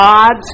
God